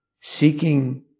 seeking